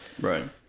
right